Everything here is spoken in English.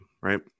right